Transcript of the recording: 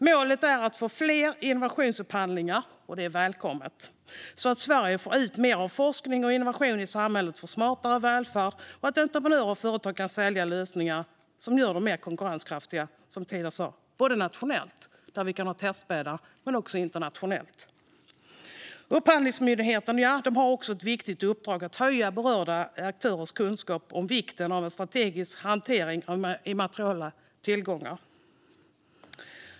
Målet är att få fler innovationsupphandlingar - och det är välkommet - så att Sverige får ut mer av forskning och innovation i samhället för smartare välfärd och så att entreprenörer och företag kan sälja lösningar som gör dem mer konkurrenskraftiga nationellt och internationellt. Upphandlingsmyndigheten har också det viktiga uppdraget att höja berörda aktörers kunskap om vikten av en strategisk hantering av immateriella tillgångar.